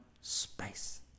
space